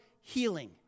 Healing